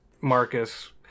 Marcus